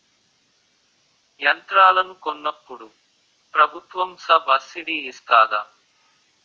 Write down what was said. యంత్రాలను కొన్నప్పుడు ప్రభుత్వం సబ్ స్సిడీ ఇస్తాధా?